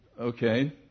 okay